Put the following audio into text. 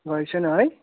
गरेको छैन है